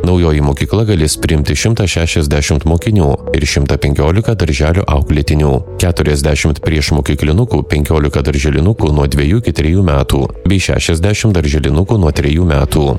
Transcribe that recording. naujoji mokykla galės priimti šimtą šešiasdešimt mokinių ir šimtą penkiolika darželio auklėtinių keturiasdešimt priešmokyklinukų penkiolika darželinukų nuo dvejų iki trejų metų bei šešiasdešimt darželinukų nuo trejų metų